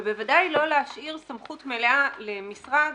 ובוודאי לא להשאיר סמכות מלאה למשרד